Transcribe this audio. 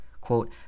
Quote